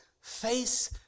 face